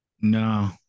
No